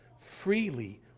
freely